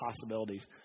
possibilities